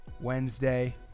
Wednesday